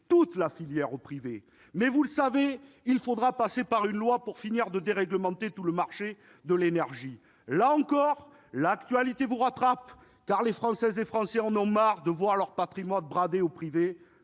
toute la filière au privé ! Mais, vous le savez, il faudra en passer par une loi pour finir de déréglementer tout le marché de l'énergie. Or, là encore, l'actualité vous rattrape, car les Françaises et les Français en ont marre de voir leur patrimoine bradé au privé,